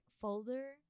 folder